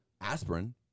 aspirin